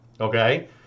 Okay